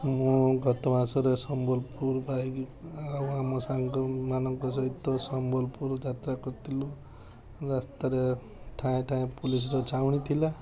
ମୁଁ ଗତମାସରେ ସମ୍ବଲପୁର ବାଇକ୍ ଆଉ ଆମ ସାଙ୍ଗମାନଙ୍କ ସହିତ ସମ୍ବଲପୁର ଯାତ୍ରା କରିଥିଲୁ ରାସ୍ତାରେ ଠାଏ ଠାଏ ପୋଲିସ ଛାଉଣୀ ଥିଲା